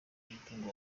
n’umutungo